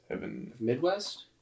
Midwest